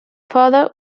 father